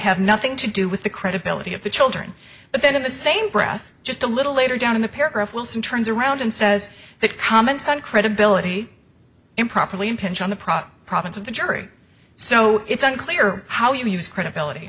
have nothing to do with the credibility of the children but then in the same breath just a little later down in the paragraph wilson turns around and says that comments on credibility improperly impinge on the proper province of the jury so it's unclear how you use credibility